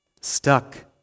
stuck